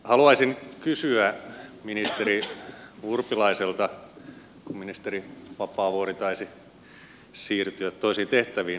haluaisin kysyä ministeri urpilaiselta kun ministeri vapaavuori taisi siirtyä toisiin tehtäviin